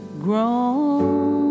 grown